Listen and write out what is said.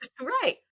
Right